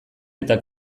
eta